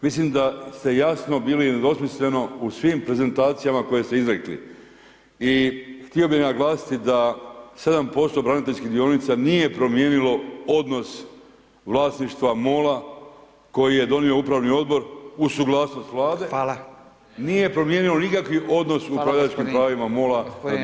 Mislim da ste jasno bili nedvosmisleno u svim prezentacijama koje ste izrekli i htio bi naglasiti da 7% braniteljskih dionica nije promijenilo odnos vlasništva MOL-a koji je donio upravni odbor uz suglasnost Vlade [[Upadica: Hvala]] nije promijenio nikakvi odnos u upravljačkim pravima MOL-a…